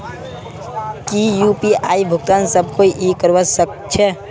की यु.पी.आई भुगतान सब कोई ई करवा सकछै?